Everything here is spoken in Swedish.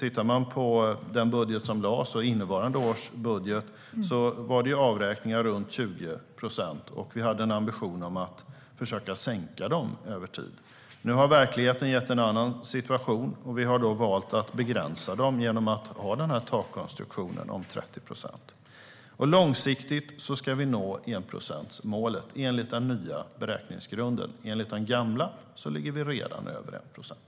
I den budget som lagts fram och i innevarande års budget var det avräkningar på runt 20 procent, och vi hade ambitionen att försöka sänka dem över tid. Nu har verkligheten gett en annan situation. Vi har då valt att begränsa dem genom att ha den här takkonstruktionen om 30 procent. Långsiktigt ska vi nå enprocentsmålet enligt den nya beräkningsgrunden. Enligt den gamla ligger vi redan över 1 procent.